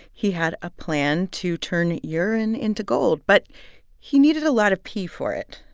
he had a plan to turn urine into gold. but he needed a lot of pee for it.